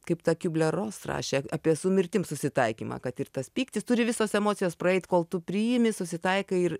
kaip ta kiblė ros rašė apie su mirtim susitaikymą kad ir tas pyktis turi visos emocijos praeit kol tu priimi susitaikai ir